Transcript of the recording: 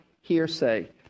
hearsay